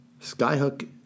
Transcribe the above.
Skyhook